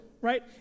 right